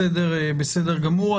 בסדר גמור.